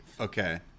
okay